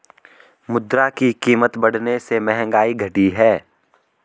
मुद्रा की कीमत बढ़ने से महंगाई घटी है